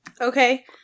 Okay